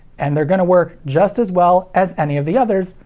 and they're gonna work just as well as any of the others,